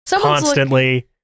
constantly